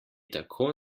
tako